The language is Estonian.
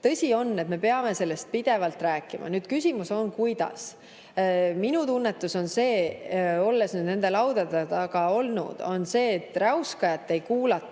Tõsi on, et me peame sellest pidevalt rääkima. Küsimus on, kuidas. Minu tunnetus on see, olles nende laudade taga olnud, et räuskajat ei kuulata,